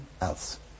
else